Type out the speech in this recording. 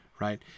right